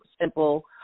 simple